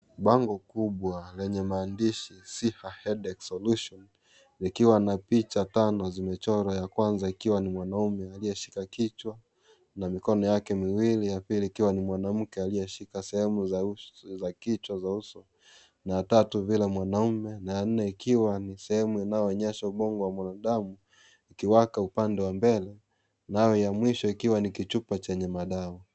Bango kubwa lenye maandishi Siha headache solution likiwa na picha tano zimechorwa, ya kwanza ikiwa ni mwanaume aliyeshika kichwa na mikono yake miwili ,ya pili ni ikiwa ni mwanamke aliyeshika sehemu za kichwa za uso, na ya tatu vile mwanaume na ya nne ikiwa ni sehemu inayoonyesha ubongo wa mwanadamu ukiwaka upande ya mbele nayo ya mwisho ikiwa ni kichupa chenye madawa.